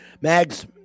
Mags